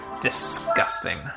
Disgusting